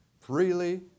freely